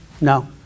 no